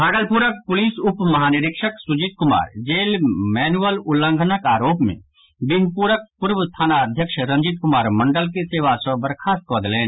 भागलपुरक पुलिस उप महानिरीक्षक सुजीत कुमार जेल मैनुअल उल्लंघनक आरोप मे बिहपुरक पूर्व थानाध्यक्ष रंजीत कुमार मंडल के सेवा सँ बर्खास्त कऽ देलनि